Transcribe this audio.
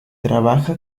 trabaja